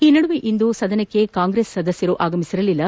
ಈ ನಡುವೆ ಇಂದು ಸದನಕ್ಕೆ ಕಾಂಗ್ರೆಸ್ ಸದಸ್ಯರು ಆಗಮಿಸಿರಲಿಲ್ಲ